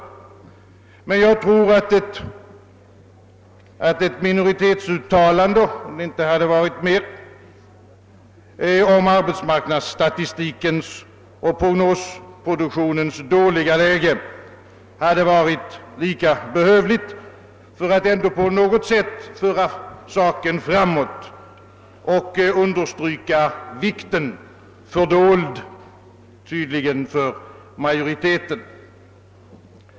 Jag tror emellertid att ett minoritetsuttalande — om det inte hade varit mer — om arbetsmarknadsstatistikens och prognosproduktionens dåliga läge hade varit lika behövligt för att ändå på något sätt föra saken framåt och understryka frågans vikt, som tydligen är fördold för majoriteten.